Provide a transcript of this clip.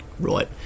Right